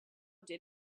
did